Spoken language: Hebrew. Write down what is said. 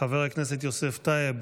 חבר הכנסת יוסף טייב,